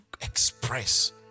express